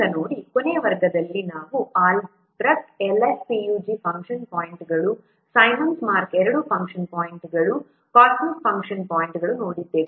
ಈಗ ನೋಡಿ ಕೊನೆಯ ವರ್ಗದಲ್ಲಿ ನಾವು ಆಲ್ಬ್ರೆಕ್ಟ್ LFPUG ಫಂಕ್ಷನ್ ಪಾಯಿಂಟ್ಗಳು ಸೈಮನ್ಸ್ ಮಾರ್ಕ್ II ಫಂಕ್ಷನ್ ಪಾಯಿಂಟ್ಗಳು ಕಾಸ್ಮಿಕ್ ಫಂಕ್ಷನ್ ಪಾಯಿಂಟ್ಗಳನ್ನು ನೋಡಿದ್ದೇವೆ